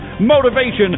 motivation